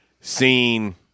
seen